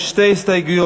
יש שתי הסתייגויות,